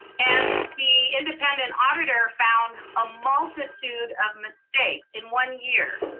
and the independent auditor found a multitude of mistakes in one year.